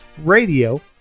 Radio